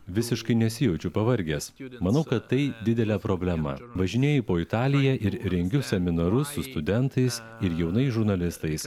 visiškai nesijaučiu pavargęs manau kad tai didelė problema važinėju po italiją ir rengiu seminarus su studentais ir jaunais žurnalistais